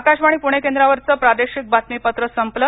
आकाशवाणी पूणे केंद्रावरचं प्रादेशिक बातमीपत्र संपलं